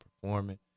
performing